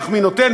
מי נותן,